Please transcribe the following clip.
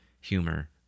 humor